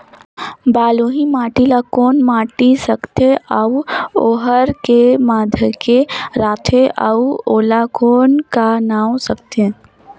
बलुही माटी ला कौन माटी सकथे अउ ओहार के माधेक राथे अउ ओला कौन का नाव सकथे?